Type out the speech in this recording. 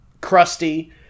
crusty